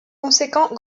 conséquent